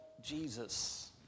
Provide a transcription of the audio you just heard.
Jesus